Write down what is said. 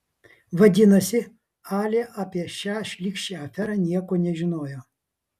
vadinasi alia apie šią šlykščią aferą nieko nežinojo